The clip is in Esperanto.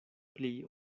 pli